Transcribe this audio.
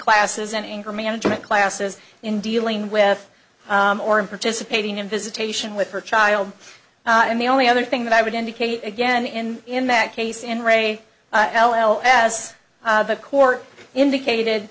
classes and anger management classes in dealing with or in participating in visitation with her child and the only other thing that i would indicate again in in that case in re l l as the court indicated